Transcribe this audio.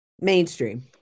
Mainstream